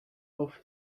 auf